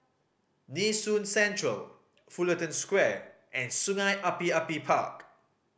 Nee Soon Central Fullerton Square and Sungei Api Api Park